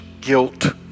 guilt